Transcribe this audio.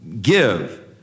give